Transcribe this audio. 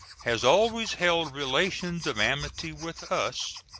has always held relations of amity with us,